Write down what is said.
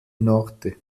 norte